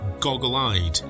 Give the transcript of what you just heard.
goggle-eyed